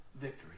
Victory